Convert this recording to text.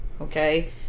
okay